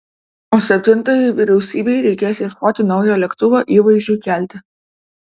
o septintajai vyriausybei reikės ieškoti naujo lėktuvo įvaizdžiui kelti